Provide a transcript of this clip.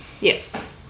Yes